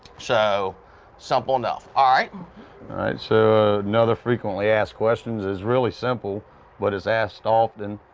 so simple enough. alright? alright so another frequently asked question is is really simple but is asked often,